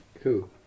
cool